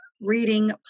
reading